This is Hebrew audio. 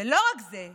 ולא רק זה,